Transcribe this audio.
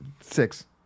six